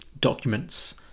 documents